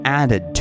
added